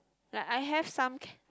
like I have some